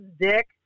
dick